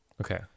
Okay